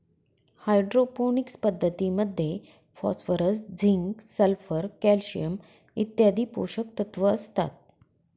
hydroponics पद्धतीमध्ये phosphorus, zinc, sulphur, calcium इत्यादी पोषकतत्व असतात